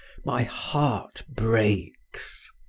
my heart breaks!